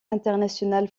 international